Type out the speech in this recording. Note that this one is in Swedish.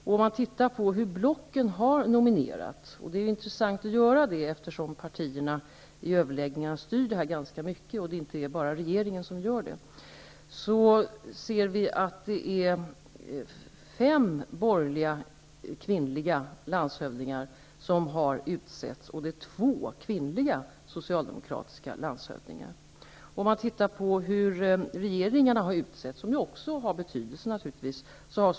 Det är intressant att se hur blocken har nominerat, eftersom partierna i överläggningarna styr det hela ganska mycket; det är inte bara regeringen som gör det. Fem borgerliga kvinnliga landshövdingar har utsetts och två socialdemokratiska kvinnliga landshövdingar. Hur har då regeringarna utsett landshövdingar -- det har naturligtvis också betydelse?